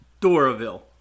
Doraville